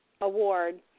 award